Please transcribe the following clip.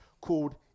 called